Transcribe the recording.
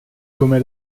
come